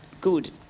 good